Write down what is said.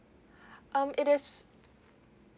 um it is